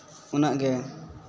ᱩᱱᱟᱹᱜ ᱜᱮ